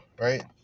right